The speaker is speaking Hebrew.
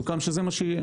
סוכם שזה מה שיהיה,